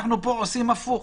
אנחנו פה עושים הפוך.